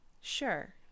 sure